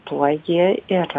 tuo jie yra